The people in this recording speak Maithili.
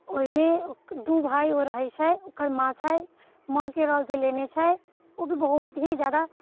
ओहिमे दू भाय ओ रहैत छै ओकर माँ छै माँके रोल जे लेने छै ओ भी बहुत ही ज्यादा